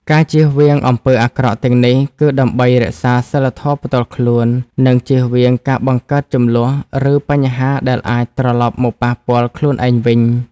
ការជៀសវាងអំពើអាក្រក់ទាំងនេះ គឺដើម្បីរក្សាសីលធម៌ផ្ទាល់ខ្លួន និងជៀសវាងការបង្កើតជម្លោះ ឬបញ្ហាដែលអាចត្រលប់មកប៉ះពាល់ខ្លួនឯងវិញ។